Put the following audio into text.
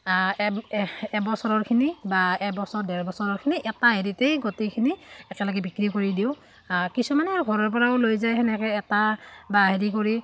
এবছৰৰখিনি বা এবছৰ ডেৰ বছৰৰখিনি এটা হেৰিতেই গোটেইখিনি একেলগে বিক্ৰী কৰি দিওঁ কিছুমানে আৰু ঘৰৰপৰাও লৈ যায় সেনেকৈ এটা বা হেৰি কৰি